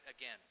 again